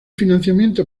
financiamiento